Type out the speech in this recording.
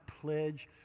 pledge